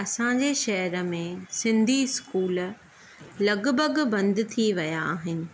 असांजे शहर में सिंधी स्कूल लॻभॻि बंदि थी विया आहिनि